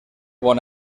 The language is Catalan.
bon